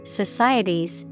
societies